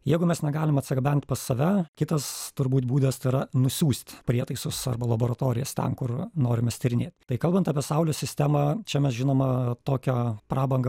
jeigu mes negalim atsigabent pas save kitas turbūt būdas tai yra nusiųst prietaisus arba laboratorijas ten kur norim mes tyrinėt tai kalbant apie saulės sistemą čia mes žinoma tokią prabangą